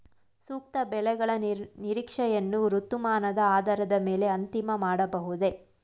ಸೂಕ್ತ ಬೆಳೆಗಳ ನಿರೀಕ್ಷೆಯನ್ನು ಋತುಮಾನದ ಆಧಾರದ ಮೇಲೆ ಅಂತಿಮ ಮಾಡಬಹುದೇ?